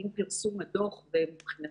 לגבי